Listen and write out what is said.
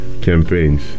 campaigns